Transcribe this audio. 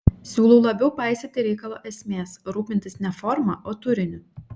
siūlau labiau paisyti reikalo esmės rūpintis ne forma o turiniu